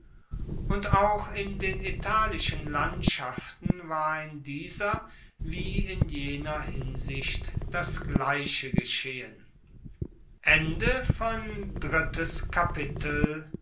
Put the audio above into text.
und auch in den italischen landschaften war in dieser wie in jener hinsicht das gleiche geschehen